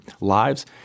lives